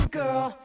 girl